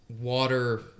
water